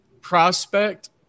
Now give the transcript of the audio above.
Prospect